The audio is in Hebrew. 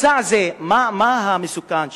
מצע זה, מה המסוכן שבו?